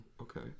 okay